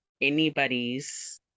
anybody's